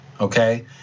okay